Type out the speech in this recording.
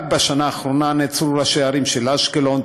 רק בשנה האחרונה נעצרו ראשי הערים של אשקלון,